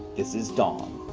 this is dong.